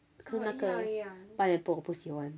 可是那个 pineapple 我不喜欢